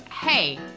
Hey